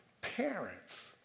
Parents